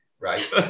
right